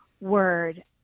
word